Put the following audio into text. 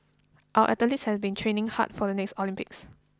our athletes have been training hard for the next Olympics